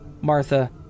Martha